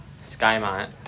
Skymont